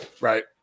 Right